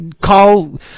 call